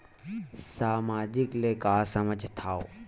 सामाजिक ले का समझ थाव?